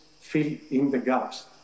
fill-in-the-gaps